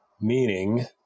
Meaning